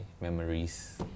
memories